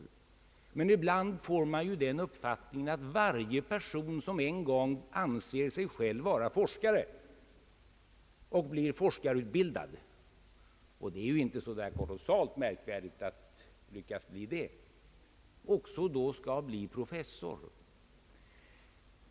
Ibland får man ju den uppfattningen, att varje person som en gång anser sig själv vara forskare och blir forskningsutbildad — det är inte så kolossalt märkvärdigt att lyckas bli det — också skall bli professor.